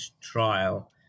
trial